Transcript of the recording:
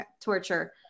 torture